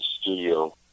studio